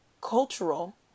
cultural